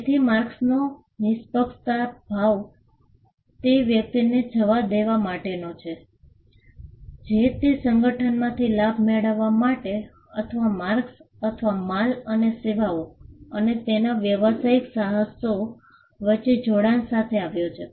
તેથી માર્કસનો નિષ્પક્ષતા ભાગ તે વ્યક્તિને જવા દેવા માટેનો છે જે તે સંગઠનમાંથી લાભ મેળવવા માટે અથવા માર્કસ અથવા માલ અને સેવાઓ અને તેના વ્યવસાયિક સાહસો વચ્ચે જોડાણ સાથે આવ્યો છે